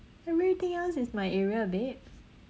everything else is my area babe